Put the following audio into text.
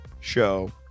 show